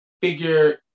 figure